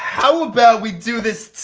how about we do this.